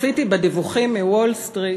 צפיתי בדיווחים מוול-סטריט